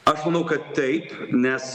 aš manau kad taip nes